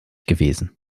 gewesen